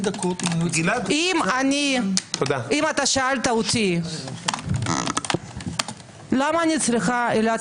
- אם שאלת אותי למה אני צריכה את עילת